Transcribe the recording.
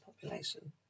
population